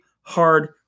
hard